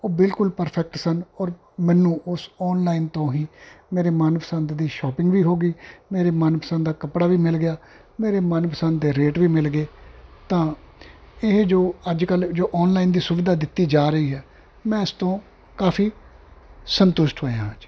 ਉਹ ਬਿਲਕੁਲ ਪਰਫੈਕਟ ਸਨ ਔਰ ਮੈਨੂੰ ਉਸ ਆਨਲਾਈਨ ਤੋਂ ਹੀ ਮੇਰੇ ਮਨ ਪਸੰਦ ਦੀ ਸ਼ੋਪਿੰਗ ਵੀ ਹੋ ਗਈ ਮੇਰੇ ਮਨ ਪਸੰਦ ਦਾ ਕੱਪੜਾ ਵੀ ਮਿਲ ਗਿਆ ਮੇਰੇ ਮਨ ਪਸੰਦ ਦੇ ਰੇਟ ਵੀ ਮਿਲ ਗਏ ਤਾਂ ਇਹ ਜੋ ਅੱਜ ਕੱਲ੍ਹ ਜੋ ਆਨਲਾਈਨ ਦੀ ਸੁਵਿਧਾ ਦਿੱਤੀ ਜਾ ਰਹੀ ਹੈ ਮੈਂ ਇਸ ਤੋਂ ਕਾਫੀ ਸੰਤੁਸ਼ਟ ਹੋਇਆਂ ਜੀ